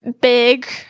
big